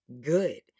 good